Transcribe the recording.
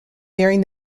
bearing